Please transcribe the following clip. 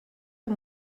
amb